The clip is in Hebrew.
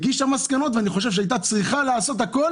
הגישה מסקנות ואני חושב שהייתה צריכה לעשות הכול